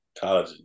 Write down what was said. college